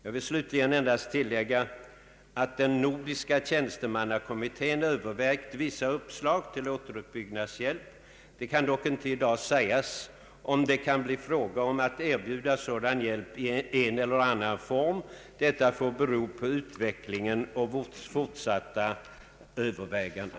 Jag vill slutligen endast tillägga att den nordiska tjänstemannakommittén övervägt vissa uppslag till återuppbyggnadshjälp. Det kan dock inte i dag sägas om det kan bli fråga om att erbjuda sådan hjälp i en eller annan form. Detta får bero på utvecklingen och fortsatta överväganden.